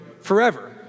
forever